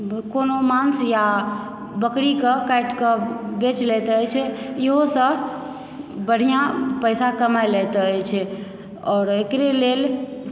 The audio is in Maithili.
कोनो मांस वा बकरीकऽ काटिकऽ बेच लैत अछि इहोसभ बढ़िआँ पैसा कमा लैत अछि आओर एकरे लेल